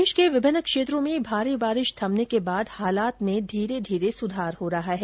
प्रदेश के विभिन्न क्षेत्रों में भारी बारिश थमने के बाद हालात में सुधार हो रहा है